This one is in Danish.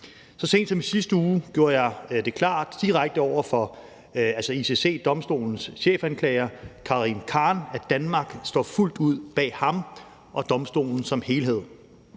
Så sent som i sidste uge gjorde jeg det klart direkte over for ICC, domstolens chefanklager, Karim Khan, at Danmark står fuldt ud bag ham og domstolen som helhed.